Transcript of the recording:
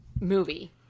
movie